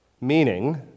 meaning